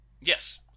yes